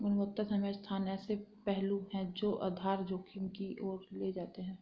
गुणवत्ता समय स्थान ऐसे पहलू हैं जो आधार जोखिम की ओर ले जाते हैं